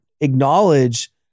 acknowledge